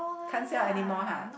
can't sell anymore !huh!